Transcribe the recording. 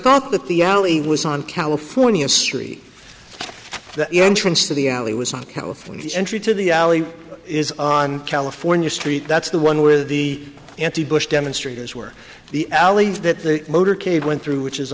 thought that the alley was on california street the entrance to the alley was not california the entry to the alley is on california street that's the one with the anti bush demonstrators where the alley that the motorcade went through which is